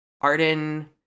Arden